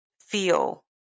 feel